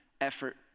effort